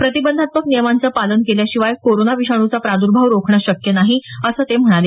प्रतिबंधात्मक नियमांचं पालन केल्याशिवाय कोरोना विषाणूचा प्रादर्भाव रोखणं शक्य नाही असं ते म्हणाले